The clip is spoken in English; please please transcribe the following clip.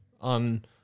on